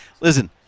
listen